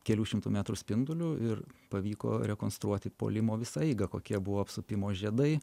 kelių šimtų metrų spinduliu ir pavyko rekonstruoti puolimo visą eigą kokie buvo apsupimo žiedai